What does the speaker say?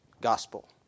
gospel